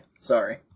Sorry